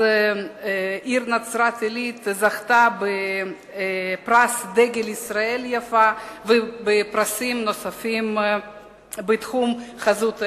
העיר נצרת-עילית זכתה בפרס "דגל היופי" ובפרסים נוספים בתחום חזות העיר.